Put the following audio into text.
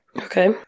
Okay